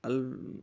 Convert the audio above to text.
اَل